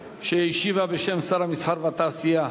שהשיבה בשם שר המסחר והתעשייה,